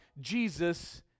Jesus